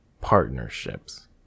partnerships